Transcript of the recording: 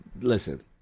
Listen